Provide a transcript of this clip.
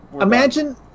Imagine